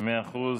אדוני